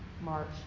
March